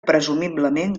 presumiblement